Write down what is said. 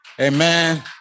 Amen